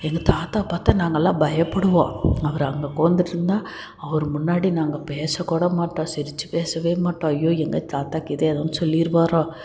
எங்கள் தாத்தாவை பார்த்து நாங்கள்லாம் பயப்படுவோம் அவர் அங்கே உட்காந்துட்ருந்தா அவர் முன்னாடி நாங்கள் பேசக்கூட மாட்டோம் சிரிச்சு பேசவே மாட்டோம் ஐயோ எங்கள் தாத்தாக்கீத்தா எதுவும் சொல்லிருவாரோ